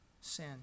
sin